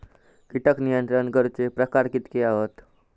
कीटक नियंत्रण करूचे प्रकार कितके हत?